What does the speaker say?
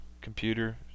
computer